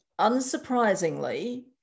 unsurprisingly